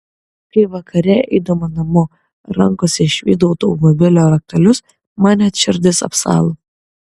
kai vakare eidama namo rankose išvydau automobilio raktelius man net širdis apsalo